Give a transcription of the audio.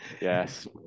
yes